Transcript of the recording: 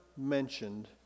mentioned